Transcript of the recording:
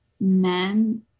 men